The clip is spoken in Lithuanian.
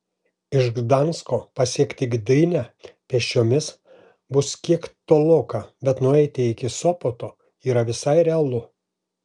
iš gdansko pasiekti gdynę pėsčiomis bus kiek toloka bet nueiti iki sopoto yra visai realu